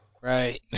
Right